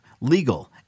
legal